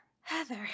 Heather